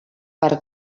per